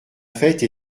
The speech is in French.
fête